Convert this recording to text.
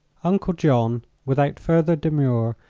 uncle john, without further demur,